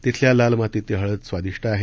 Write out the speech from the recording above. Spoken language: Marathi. तिथल्या लाल मातीतली हळद स्वादिष्ट आहे